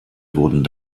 wurden